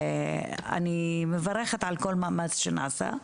אני מברכת על כל מאמץ שנעשה,